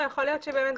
טוב, כרגע